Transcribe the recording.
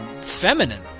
feminine